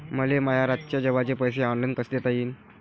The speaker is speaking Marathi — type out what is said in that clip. मले माया रातचे जेवाचे पैसे ऑनलाईन कसे देता येईन?